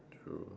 true